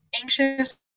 anxious